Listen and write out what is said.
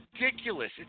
ridiculous